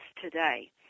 today